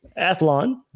Athlon